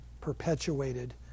perpetuated